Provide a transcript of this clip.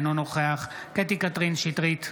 אינו נוכח קטי קטרין שטרית,